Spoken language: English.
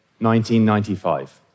1995